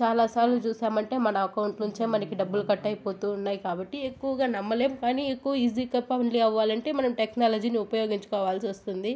చాలాసార్లు చూశామంటే మన అకౌంట్ నుంచే మనకి డబ్బులు కట్ అయిపోతూ ఉన్నాయి కాబట్టి ఎక్కువగా నమ్మలేం కాని ఎక్కువ ఈజీగా అవ్వాలంటే మనం టెక్నాలజీని ఉపయోగించుకోవాల్సి వస్తుంది